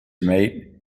mate